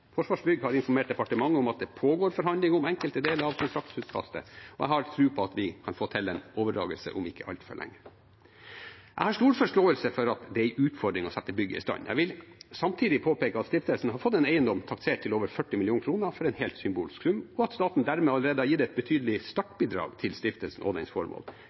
Forsvarsbygg har informert departementet om at det pågår forhandlinger om enkelte deler av kontraktutkastet, og jeg har tro på at vi kan få til en overdragelse om ikke altfor lenge. Jeg har stor forståelse for at det er en utfordring å sette bygget i stand. Jeg vil samtidig påpeke at stiftelsen har fått en eiendom taksert til over 40 mill. kr for en helt symbolsk sum, og at staten dermed allerede har gitt et betydelig startbidrag til stiftelsen og dens formål.